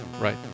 right